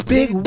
Big